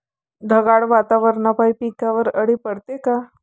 ढगाळ वातावरनापाई पिकावर अळी पडते का?